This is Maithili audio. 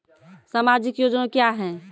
समाजिक योजना क्या हैं?